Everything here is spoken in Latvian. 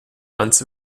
mans